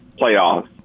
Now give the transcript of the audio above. playoffs